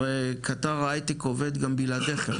הרי קטר ההייטק עובד גם בלעדיכם